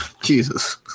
Jesus